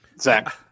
Zach